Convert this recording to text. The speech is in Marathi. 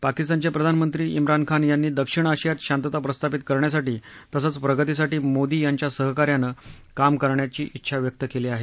पाकिस्तानचे प्रधानमंत्री ञिन खान यांनी दक्षिण आशियात शांतता प्रस्थापित करण्यासाठी तसंच प्रगतीसाठी मोदी यांच्या सहकार्यानं काम करण्याची उच्छा व्यक्त केली आहे